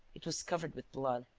it was covered with blood,